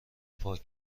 پاک